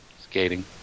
Skating